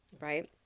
right